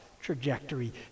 trajectory